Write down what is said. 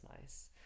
nice